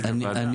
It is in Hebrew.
אני